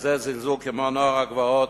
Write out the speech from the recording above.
בכזה זלזול, כמו "נוער הגבעות",